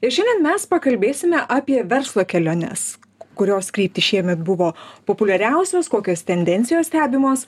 ir šiandien mes pakalbėsime apie verslo keliones kurios kryptys šiemet buvo populiariausios kokios tendencijos stebimos